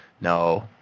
No